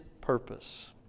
purpose